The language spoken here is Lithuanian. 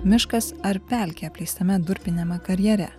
miškas ar pelkė apleistame durpiniame karjere